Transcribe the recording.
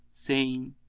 saying,